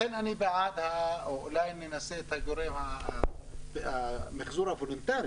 לכן, אני בעד, אולי ננסה את המיחזור הוולונטרי.